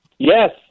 Yes